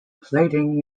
plating